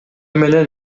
менен